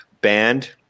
band